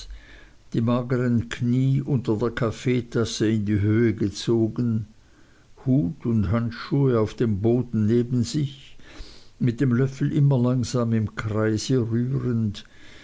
die magern kniee unter der kaffeetasse in die höhe gezogen hut und handschuhe auf dem boden neben sich mit dem löffel immer langsam im kreise rührend